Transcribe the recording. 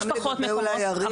יש פחות מקומות,